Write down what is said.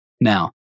Now